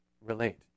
relate